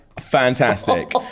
fantastic